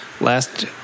last